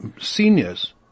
seniors